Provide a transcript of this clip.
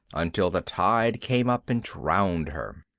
until the tide came up and drowned her.